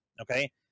Okay